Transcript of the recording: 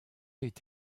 est